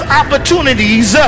opportunities